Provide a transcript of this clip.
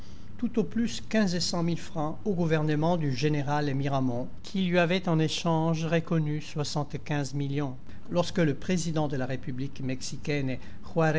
tout au plus quinze cent mille francs au gouvernement du général la commune miramont qui lui avait en échange reconnu soixantequinze millions lorsque le président de la république mexicaine